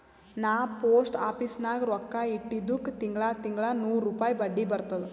ನಾ post office ನಾಗ್ ರೊಕ್ಕಾ ಇಟ್ಟಿದುಕ್ ತಿಂಗಳಾ ತಿಂಗಳಾ ನೂರ್ ರುಪಾಯಿ ಬಡ್ಡಿ ಬರ್ತುದ್